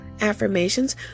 affirmations